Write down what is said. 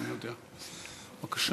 בבקשה.